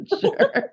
sure